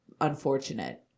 unfortunate